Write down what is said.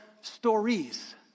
stories